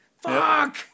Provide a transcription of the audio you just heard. fuck